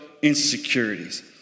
insecurities